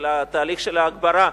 של הגבלת